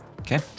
Okay